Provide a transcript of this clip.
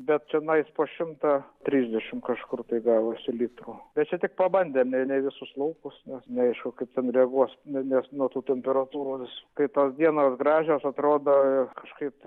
bet tenais po šimtą trisdešimt kažkur tai gavosi litrų bet čia tik pabandėm ne ne visus laukus nes neaišku kaip ten reaguos nes nuo tų temperatūros kai tos dienos gražios atrodo ir kažkaip